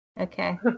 Okay